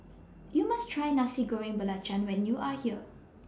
YOU must Try Nasi Goreng Belacan when YOU Are here